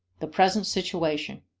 the present situation.